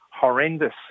horrendous